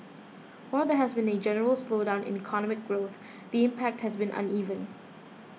while there has been a general slowdown in economic growth the impact has been uneven